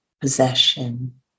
possession